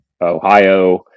ohio